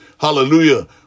Hallelujah